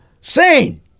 sane